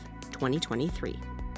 2023